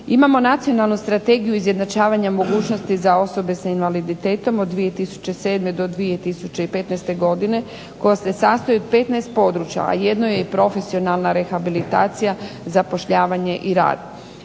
Imamo nacionalnu strategiju izjednačavanja mogućnosti za osobe s invaliditetom od 2007. do 2015. godine koja se sastoji od 15 područja, a jedno je i profesionalna rehabilitacija, zapošljavanje i rad.